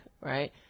right